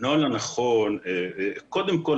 קודם כל,